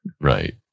Right